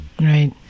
Right